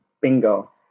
Bingo